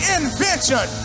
invention